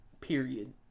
period